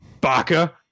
Baka